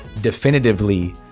definitively